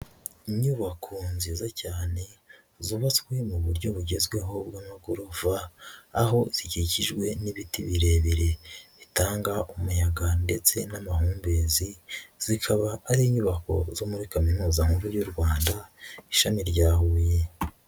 Inyubako nziza cyane zubatswe mu buryo bugezweho bw'amagorofa, aho zikikijwe n'ibiti birebire bitanga umuyaga ndetse n'amahumbezi, zikaba ari inyubako zo muri kaminuza nkuru y'u Rwanda, ishami rya Huye.